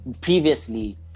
previously